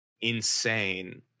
insane